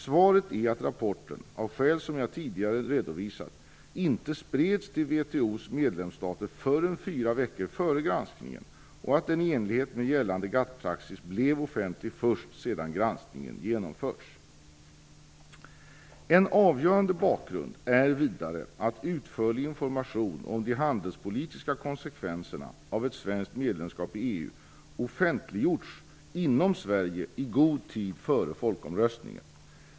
Svaret är att rapporten, av skäl som jag tidigare redovisat, inte spreds till VHO:s medlemsstater förrän fyra veckor före granskningen och att den i enlighet med gällande GATT-praxis blev offentlig först sedan granskningen genomförts. En avgörande bakgrund är vidare att utförlig information om de handelspolitiska konsekvenserna av ett svenskt medlemskap i EU offentliggjorts inom Sverige i god tid före folkomröstningen.